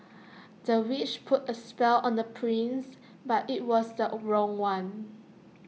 the witch put A spell on the prince but IT was the own wrong one